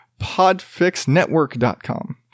podfixnetwork.com